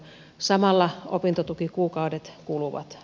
samalla opintotukikuukaudet kuluvat